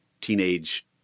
teenage